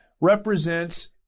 represents